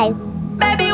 Baby